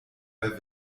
bei